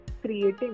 creating